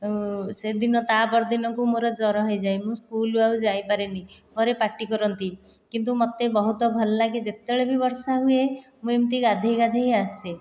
ସେଦିନ ତା'ପରଦିନକୁ ମତେ ଜ୍ୱର ହୋଇଯାଏ ମୁଁ ସ୍କୁଲ ଆଉ ଯାଇପାରେନି ଘରେ ପାଟି କରନ୍ତି କିନ୍ତୁ ମୋତେ ବହୁତ ଭଲ ଲାଗେ ଯେତେବେଳେବି ବର୍ଷା ହୁଏ ମୁଁ ଏମିତି ଗାଧୋଇ ଗାଧୋଇ ଆସେ